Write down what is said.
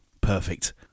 Perfect